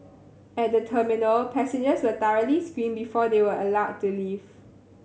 at the terminal passengers were thoroughly screened before they were allowed to leave